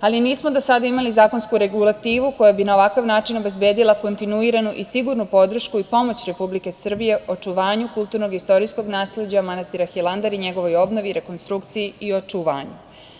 ali nismo do sada imali zakonsku regulativu koja bi na ovakav način obezbedila kontinuiranu i sigurnu podršku i pomoć Republike Srbije u očuvanju kulturnog istorijskog nasleđa manastira Hilandar, njegovoj obnovi, rekonstrukciji i očuvanju.